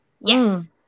yes